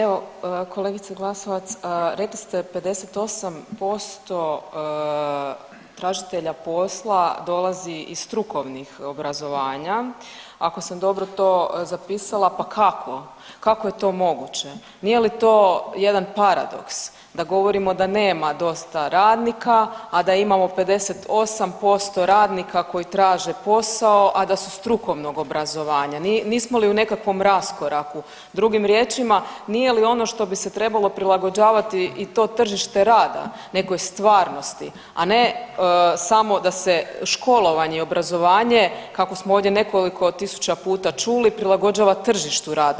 Evo kolegice Glasovac rekli ste 58% tražitelja posla dolazi iz strukovnih obrazovanja, ako sam dobro to zapisala, pa kako, kako je to moguće, nije li to jedan paradoks da govorimo da nema dosta radnika, a da imamo 58% radnika koji traže posao, a da su strukovnog obrazovanja, nismo li u nekakvom raskoraku, drugim riječima nije li ono što bi se trebalo prilagođavati i to tržište rada nekoj stvarnosti, a ne samo da se školovanje i obrazovanje kako smo ovdje nekoliko tisuća puta čuli prilagođava tržištu rada.